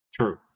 True